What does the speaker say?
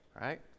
right